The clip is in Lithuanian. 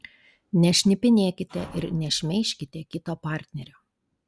nešnipinėkite ir nešmeižkite kito partnerio